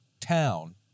town